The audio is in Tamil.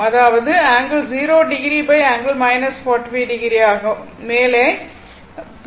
அதாவது ∠0o∠ 45o அது மேலே sin என ஆகும்